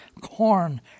corn